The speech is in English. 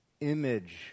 image